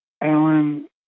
Alan